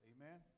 Amen